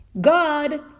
God